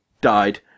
Died